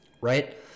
right